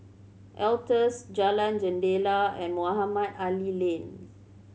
Altez Jalan Jendela and Mohamed Ali Lane